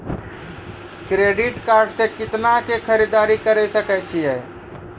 Credit card से कितना के खरीददारी करे सकय छियै?